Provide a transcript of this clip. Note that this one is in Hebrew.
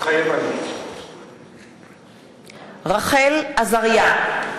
מתחייב אני רחל עזריה,